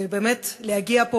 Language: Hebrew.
ובאמת להגיע פה,